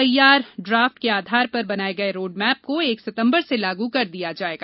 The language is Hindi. तैयार ड्राफ्ट के आधार पर बनाए गये रोडमैप को एक सितम्बर से लागू कर दिया जाएगा